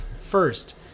First